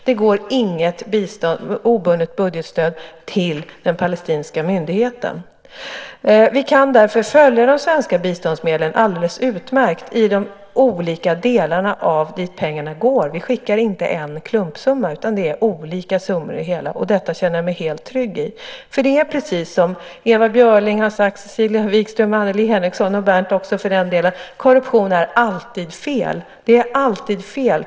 Det går inget obundet budgetstöd till den palestinska myndigheten. Vi kan därför följa de svenska biståndsmedlen alldeles utmärkt i de olika delarna dit pengarna går. Vi skickar inte en klumpsumma, utan det är olika summor. Det känner jag mig helt trygg i. Det är precis som Ewa Björling har sagt, Cecilia Wikström, Annelie Enochson, och Berndt också för den delen: Korruption är alltid fel. Det är alltid fel.